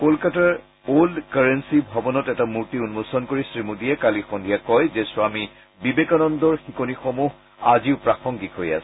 কলকাতাৰ অল্ড কাৰেলী ভৱনত এটা মূৰ্তি উন্মোচন কৰি শ্ৰী মোদীয়ে কালি সন্ধিয়া কয় যে স্বামী বিবেকানন্দৰ শিকনিসমূহ আজিও প্ৰাসংগিক হৈ আছে